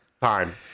Time